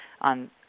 on